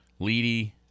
Leedy